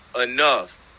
enough